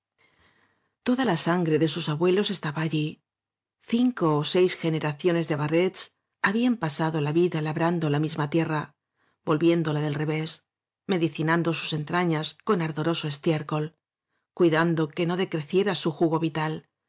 toda la sangre de sus abuelos estaba allí cinco ó seis generaciones de barrets habían pasado la vida labrando la misma tierra vol viéndola del revés medicinando sus entrañas con ardoroso estiércol cuidando que decre ciera su jugo vital